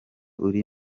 uri